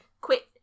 Quit